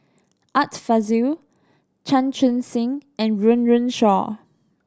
Art Fazil Chan Chun Sing and Run Run Shaw